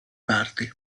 parti